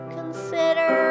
Consider